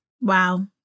Wow